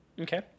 Okay